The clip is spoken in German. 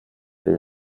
will